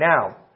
now